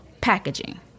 packaging